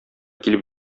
килеп